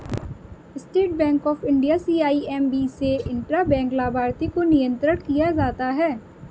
state Bank of India CIMB से intra bank लाभार्थी को नियंत्रण किया जाता है